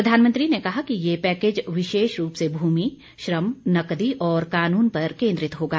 प्रधानमंत्री ने कहा कि यह पैकेज विशेष रूप से भूमि श्रम नकदी और कानून पर केन्द्रित होगा